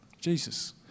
Jesus